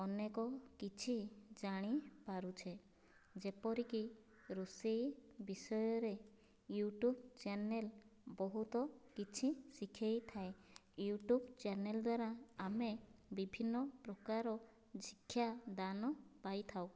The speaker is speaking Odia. ଅନେକ କିଛି ଜାଣିପାରୁଛେ ଯେପରିକି ରୋଷେଇ ବିଷୟରେ ୟୁଟ୍ୟୁବ ଚ୍ୟାନେଲ ବହୁତ କିଛି ଶିଖେଇଥାଏ ୟୁଟ୍ୟୁବ ଚ୍ୟାନେଲ ଦ୍ୱାରା ଆମେ ବିଭିନ୍ନ ପ୍ରକାର ଶିକ୍ଷା ଦାନ ପାଇଥାଉ